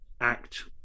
act